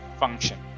Function